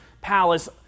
palace